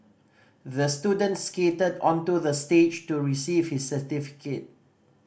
the student skated onto the stage to receive his certificate